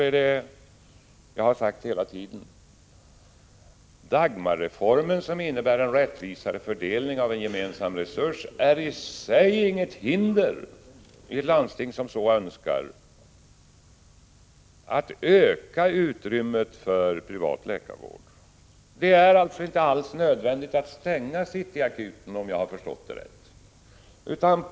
Jag har sagt hela tiden att Dagmarreformen, som innebär en rättvisare fördelning av en gemensam resurs, i sig inte utgör något hinder för de landsting som så önskar att öka utrymmet för privat läkarvård. Det är alltså inte alls nödvändigt att stänga City Akuten, om jag har förstått det hela rätt.